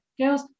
girls